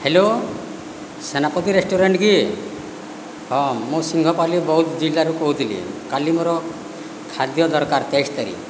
hello Senapati restaurant କି ହଁ ମୁଁ ସିଂଘପାଲି ବୌଦ୍ଧ ଜିଲ୍ଲାରୁ କହୁଥିଲି କାଲି ମୋର ଖାଦ୍ୟ ଦରକାର ତେଇଶ ତାରିଖ